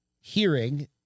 hearing